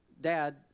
dad